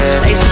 say